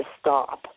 stop